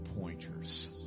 pointers